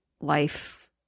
life